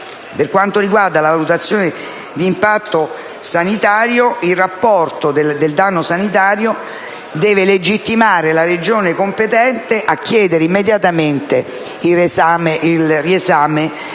per quanto riguarda la valutazione del danno sanitario il rapporto del danno sanitario deve legittimare la Regione competente a chiedere immediatamente il riesame